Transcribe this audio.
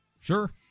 Sure